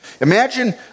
Imagine